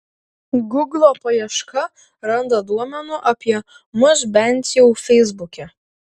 guglo paieška randa duomenų apie mus bent jau feisbuke